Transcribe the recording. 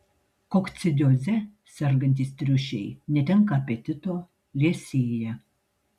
kokcidioze sergantys triušiai netenka apetito liesėja